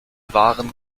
waren